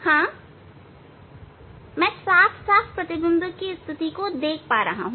हां मैं साफ साफ प्रतिबिंब की स्थिति को देख सकता हूं